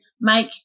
make